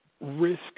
risk